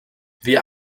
wir